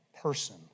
person